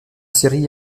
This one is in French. syrie